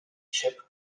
chip